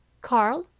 karl,